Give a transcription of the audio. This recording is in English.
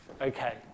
Okay